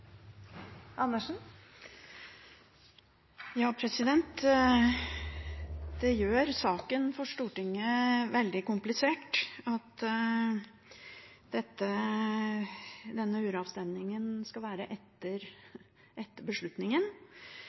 Det gjør saken for Stortinget veldig komplisert at denne uravstemningen skal være etter beslutningen,